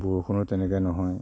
বৰষুণো তেনেকৈ নহয়